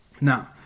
Now